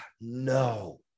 no